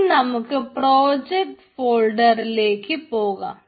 ഇനി നമുക്ക് പ്രോജക്ട് ഫോൾഡറിലേക്ക് പോകണം